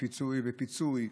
פיצוי ופיצוי,